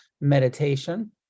meditation